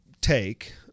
take